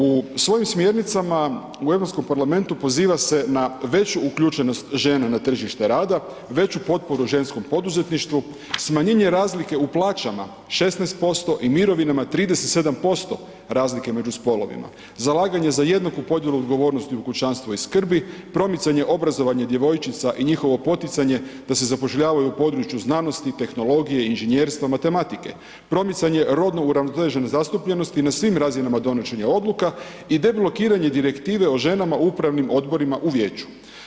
U svojim smjernicama u Europskom parlamentu poziva se na veću uključenost žene na tržište rada, veću potporu ženskom poduzetništvu, smanjenje razlike u plaćama 16% i mirovinama 37% razlike među spolovima, zalaganje za jednaku podjelu odgovornosti u kućanstvu i skrbi, promicanje i obrazovanje djevojčica i njihovo poticanje da se zapošljavaju u području znanosti, tehnologije, inženjerstva, matematike, promicanje rodno uravnotežene zastupljenosti na svim razinama donošenja odluka i deblokiranje direktive o ženama upravnim odborima u Vijeću.